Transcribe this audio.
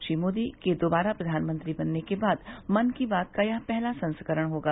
श्री मोदी के दोबारा प्रधानमंत्री बनने के बाद मन की बात का यह पहला संस्करण होगा